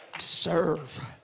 serve